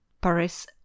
Paris